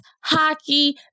hockey